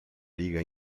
liga